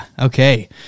Okay